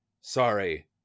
Sorry